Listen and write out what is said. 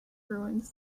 ruins